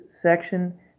section